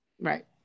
Right